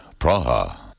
Praha